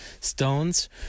stones